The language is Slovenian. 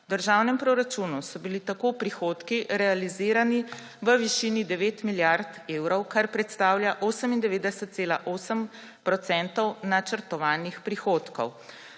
V državnem proračunu so bili tako prihodki realizirani v višini 9 milijard evrov, kar predstavlja 98,8 % načrtovanih prihodkov.